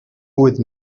with